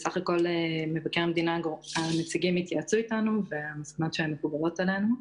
מבקר המדינה ונציגיו התייעצו איתנו והמסקנות שלו מקובלות עלינו.